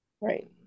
Right